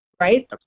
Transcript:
right